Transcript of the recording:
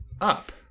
up